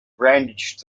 brandished